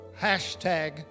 hashtag